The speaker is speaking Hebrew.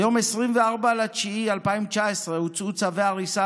ביום 24 בספטמבר 2019 הוצאו צווי הריסה